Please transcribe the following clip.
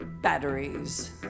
batteries